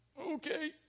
Okay